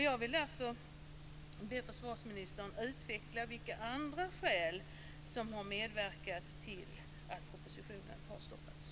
Jag vill därför be försvarsministern utveckla vilka andra skäl som har medverkat till att propositionen har stoppats.